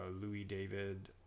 Louis-David